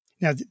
Now